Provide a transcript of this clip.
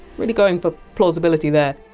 really going for plausibility there.